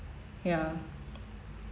ya